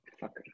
Fuck